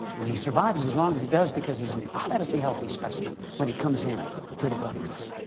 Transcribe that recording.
and he survives as long as he does, because he's an incredibly healthy specimen when he comes in to the wilderness.